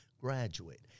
graduate